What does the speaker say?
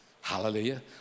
Hallelujah